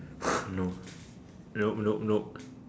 no nope nope nope